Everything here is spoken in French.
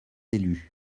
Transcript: élus